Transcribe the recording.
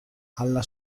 alla